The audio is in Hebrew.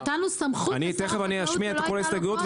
נתנו סמכות לשר החקלאות שלא הייתה לו קודם.